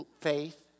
faith